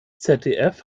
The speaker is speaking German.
zdf